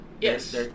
Yes